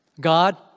God